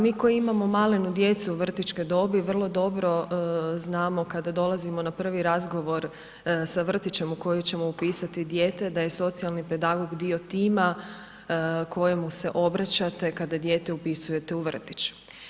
Mi koji imamo malenu djecu vrtićke dobi vrlo dobro znamo kad dolazimo na prvi razgovor sa vrtićem u koji ćemo upisati dijete da je socijalni pedagog dio tima kojemu se obraćate kada dijete upisujete u vrtić.